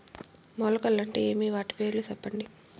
మొలకలు అంటే ఏమి? వాటి పేర్లు సెప్పండి?